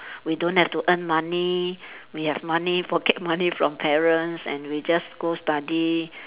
we don't have to earn money we have money pocket money from parents and we just go study